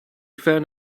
found